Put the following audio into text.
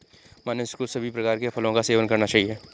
मनुष्य को सभी प्रकार के फलों का सेवन करना चाहिए